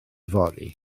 fory